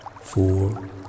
four